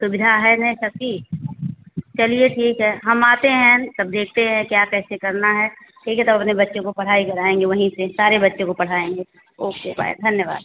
सुविधा है ना इस सब की चलिए ठीक है हम आते हैं तब देखते है क्या कैसे करना है ठीक है तो आप अपने बच्चों को पढ़ाई कराएँगे वहीं से सारे बच्चों को पढ़ाएँगे ओके बाय धन्यवाद